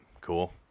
Cool